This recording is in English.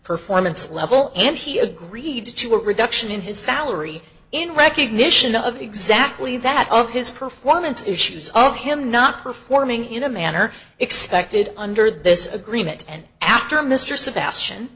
performance level and he agreed to a reduction in his salary in recognition of exactly that of his performance issues of him not performing in a manner expected under this agreement and after mr sebastian